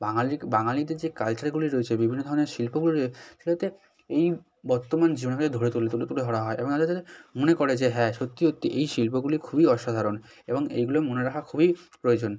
বাঙালির বাঙালিদের যে কালচারগুলি রয়েছে বিভিন্ন ধরনের শিল্পগুলি সেটাতে এই বর্তমান জীবনে ধরে তুলে তুলে তুলে ধরা হয় এবং মনে করে যে হ্যাঁ সত্যি সত্যি এই শিল্পগুলি খুবই অসাধারণ এবং এইগুলি মনে রাখা খুবই প্রয়োজন